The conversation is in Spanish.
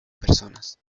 personas